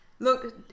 Look